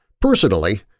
Personally